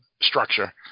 structure